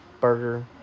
burger